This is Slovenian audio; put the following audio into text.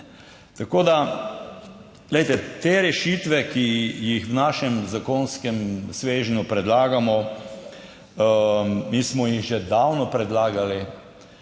ampak ga nimamo. Te rešitve, ki jih v našem zakonskem svežnju predlagamo, mi smo jih že davno predlagali,